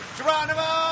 Geronimo